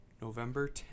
November